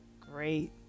Great